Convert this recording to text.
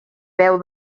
veu